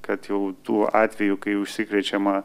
kad jau tų atvejų kai užsikrečiama